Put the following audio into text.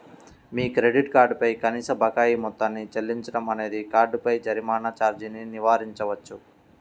మీ credit card పై కనీస బకాయి మొత్తాన్ని చెల్లించడం అనేది కార్డుపై జరిమానా ఛార్జీని నివారించవచ్చు